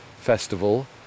Festival